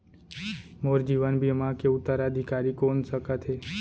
मोर जीवन बीमा के उत्तराधिकारी कोन सकत हे?